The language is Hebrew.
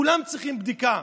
כולם צריכים בדיקה.